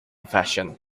fashion